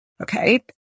Okay